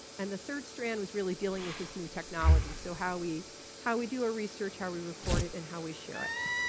and the third strand was really dealing with this new technology. so how we how we do our research, how we record it, and how we share it.